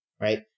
right